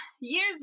years